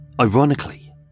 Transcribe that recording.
ironically